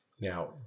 Now